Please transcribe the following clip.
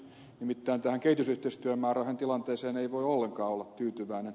nimittäin tähän kehitysyhteistyömäärärahojen tilanteeseen ei voi ollenkaan olla tyytyväinen